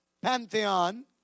pantheon